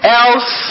else